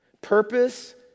Purpose